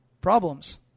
Problems